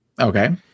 Okay